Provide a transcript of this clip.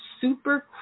super